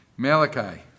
Malachi